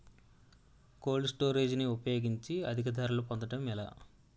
Cold storage ని ఉపయోగించుకొని అధిక ధరలు పొందడం ఎలా?